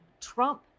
Trump